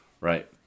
Right